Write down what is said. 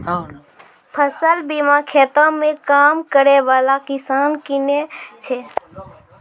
फसल बीमा खेतो मे काम करै बाला किसान किनै छै